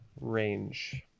range